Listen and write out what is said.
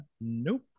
nope